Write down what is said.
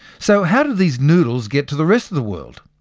so how did these noodles get to the rest of the world?